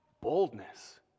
boldness